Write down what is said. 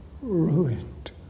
ruined